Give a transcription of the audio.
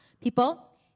people